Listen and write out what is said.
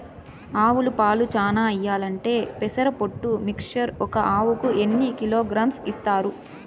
ఆవులు పాలు చానా ఇయ్యాలంటే పెసర పొట్టు మిక్చర్ ఒక ఆవుకు ఎన్ని కిలోగ్రామ్స్ ఇస్తారు?